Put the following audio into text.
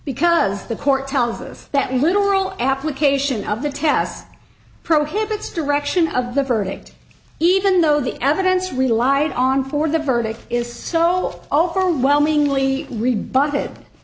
because the court tells us that literal application of the test prohibits direction of the verdict even though the evidence relied on for the verdict is so overwhelmingly